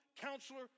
Counselor